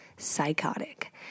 Psychotic